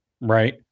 Right